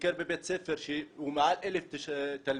וביקר בבית ספר שהוא מעל 1,000 תלמידים.